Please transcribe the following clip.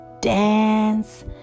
dance